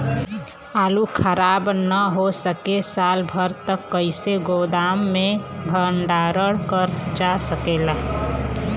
आलू खराब न हो सके साल भर तक कइसे गोदाम मे भण्डारण कर जा सकेला?